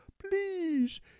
please